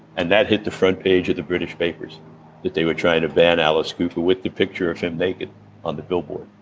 and that hit the front page of the british papers that they were trying to ban alice cooper, with the picture of him naked on the billboard.